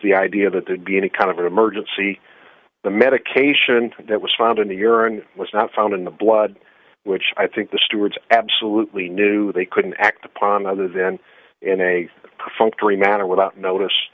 the idea that it be any kind of an emergency the medication that was found in the urine was not found in the blood which i think the stewards absolutely knew they couldn't act upon other than in a perfunctory manner without notice